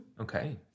Okay